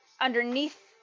underneath